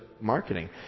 marketing